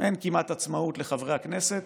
אין כמעט עצמאות לחברי הכנסת.